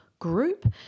group